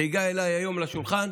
זה הגיע אליי היום לשולחן.